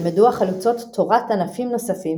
ילמדו החלוצות תורת ענפים נוספים